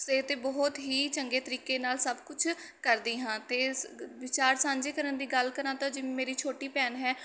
ਸਵੇਰ 'ਤੇ ਬਹੁਤ ਹੀ ਚੰਗੇ ਤਰੀਕੇ ਨਾਲ ਸਭ ਕੁਛ ਕਰਦੀ ਹਾਂ ਅਤੇ ਵਿਚਾਰ ਸਾਂਝੇ ਕਰਨ ਦੀ ਗੱਲ ਕਰਾਂ ਤਾਂ ਜਿਵੇਂ ਮੇਰੀ ਛੋਟੀ ਭੈਣ ਹੈ